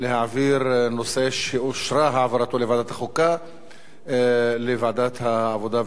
להעביר נושא שאושרה העברתו לוועדת החוקה לוועדת העבודה,